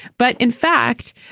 but in fact,